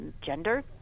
gender